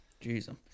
Jesus